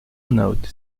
note